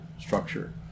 structure